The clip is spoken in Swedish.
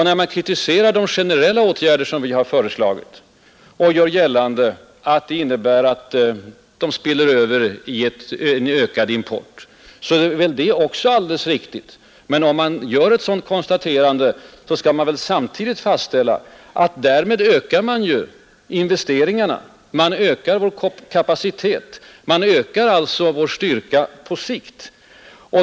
När man kritiserar de generella åtgärder som oppositionen föreslår och gör gällande att de ”spiller över” i en ökad import, är det också delvis riktigt. Men när man konstaterar detta, bör man samtidigt komma ihåg att man därmed ökar investeringarna, ökar vår kapacitet och ökar vår styrka på sikt.